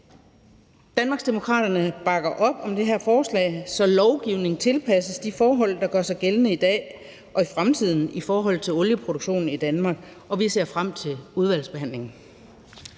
Danmarksdemokraterne bakker op om det her forslag, så lovgivningen tilpasses de forhold, der gør sig gældende i dag og i fremtiden i forhold til olieproduktionen i Danmark, og vi ser frem til udvalgsbehandlingen.